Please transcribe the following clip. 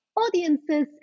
Audiences